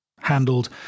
handled